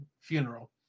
funeral